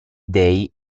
dèi